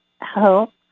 help